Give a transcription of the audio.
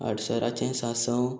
आडसराचें सांसव